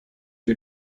die